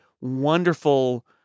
wonderful